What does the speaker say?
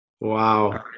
wow